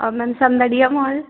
और मैम समदड़िया माल